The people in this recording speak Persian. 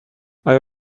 آیا